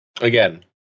Again